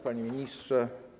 Panie Ministrze!